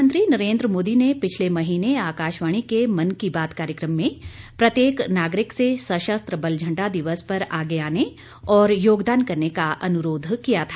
प्रधानमंत्री नरेंद्र मोदी ने पिछले महीने आकाशवाणी के मन की बात कार्यक्रम में प्रत्येक नागरिक से सशस्त्र बल झंडा दिवस पर आगे आने और योगदान करने का अनुरोध किया था